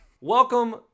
Welcome